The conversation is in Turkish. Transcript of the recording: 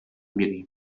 biriyim